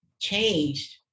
changed